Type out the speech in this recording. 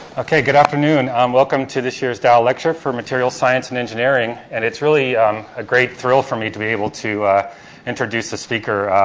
okay, good afternoon. um welcome to this year's dow lecture for material science and engineering, and it's really a great thrill for me to be able to introduce this speaker.